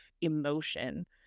emotion